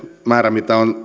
määrä mitä on